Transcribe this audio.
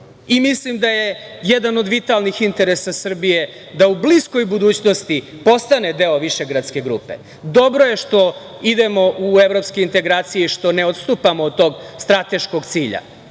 Mislim da je jedan od vitalnih interesa Srbije da u bliskoj budućnosti postane deo višegradske grupe. Dobro je što idemo u evropske integracije i što ne odstupamo od tog strateškog